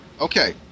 Okay